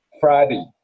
Friday